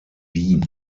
wien